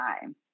time